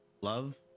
love